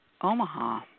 Omaha